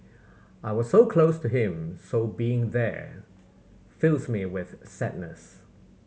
I was so close to him so being there fills me with sadness